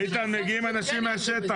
איתן, מגיעים אנשים מהשטח.